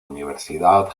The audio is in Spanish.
universidad